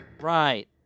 Right